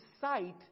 sight